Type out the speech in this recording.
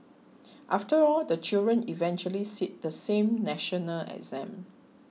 after all the children eventually sit the same national exam